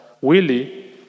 Willie